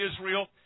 Israel